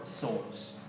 souls